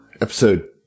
episode